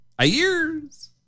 Ayers